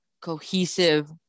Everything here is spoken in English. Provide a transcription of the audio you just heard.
cohesive